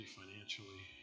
financially